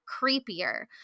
creepier